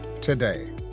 today